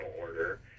order